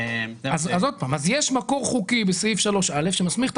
עוד פעם: יש מקור חוקי בסעיף 3א שמסמיך את